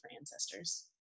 ancestors